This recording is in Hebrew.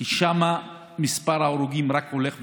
כי שם מספר ההרוגים רק הולך ועולה.